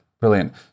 brilliant